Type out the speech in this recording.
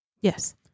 Yes